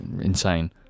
insane